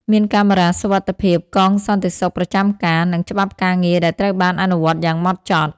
មានកាមេរ៉ាសុវត្ថិភាព កងសន្តិសុខប្រចាំការ និងច្បាប់ការងារដែលត្រូវបានអនុវត្តយ៉ាងម៉ត់ចត់។